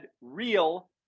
real